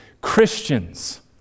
Christians